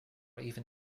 even